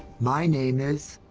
my name is.